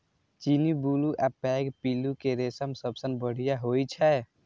चीनी, बुलू आ पैघ पिल्लू के रेशम सबसं बढ़िया होइ छै